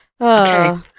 Okay